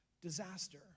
disaster